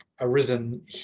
arisen